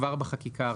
כבר בחקיקה הראשית.